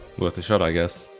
worth a shot, i guess.